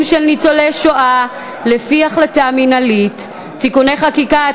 של ניצולי שואה לפי החלטה מינהלית) (תיקוני חקיקה),